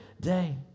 day